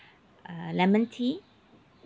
uh lemon tea